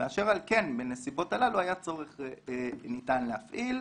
ואשר על כן בנסיבות הללו היה ניתן להפעיל.